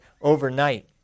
overnight